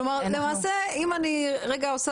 כלומר למעשה אם אני עושה